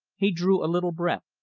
he drew a little breath,